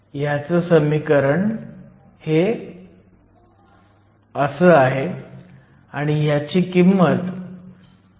ह्याचं समीकरण हे 143ao3 आहे आणि ह्याची किंमत 4